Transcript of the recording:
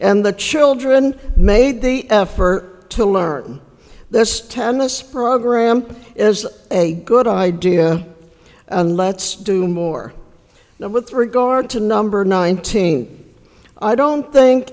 and the children made the effort to learn this tennis program is a good idea and let's do more now with regard to number nineteen i don't think